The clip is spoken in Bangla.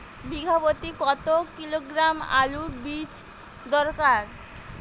বিঘা প্রতি কত কিলোগ্রাম আলুর বীজ দরকার?